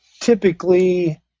typically